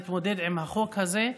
להתמודד עם החוק הזה.